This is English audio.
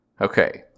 okay